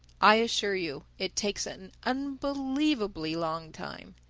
i assure you it takes an unbelievably long time.